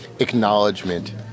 acknowledgement